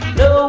no